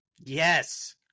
Yes